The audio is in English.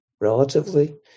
relatively